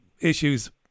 issues